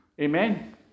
Amen